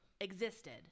existed